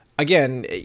Again